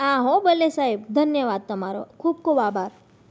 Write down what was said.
આ હોં ભલે સાહેબ ધન્યવાદ તમારો ખૂબ ખૂબ આભાર